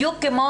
בדיוק כמו